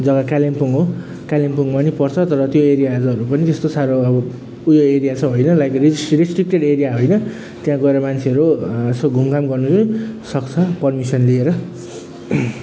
जग्गा कालिम्पोङ हो कालिम्पोङमा पनि पर्छ तर त्यो एरियाहरू पनि त्यस्तो साह्रो अब उयो एरिया चाहिँ होइन लाइक रेस रेस्ट्रिकटेड एरिया होइन त्यहाँ गएर मान्छेहरू यसो घुमघाम गर्नुसक्छ पर्मिसन लिएर